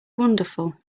wonderful